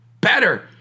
better